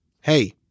hey